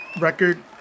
record